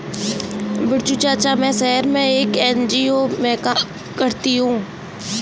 बिरजू चाचा, मैं शहर में एक एन.जी.ओ में काम करती हूं